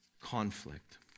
conflict